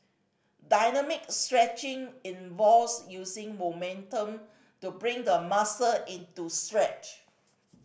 dynamic stretching involves using momentum to bring the muscle into stretch